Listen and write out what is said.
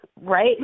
right